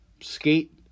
skate